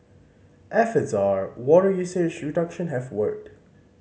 efforts are water usage reduction have worked